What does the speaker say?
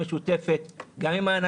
כולל מערכות טכנולוגיות משותפות עם ראשי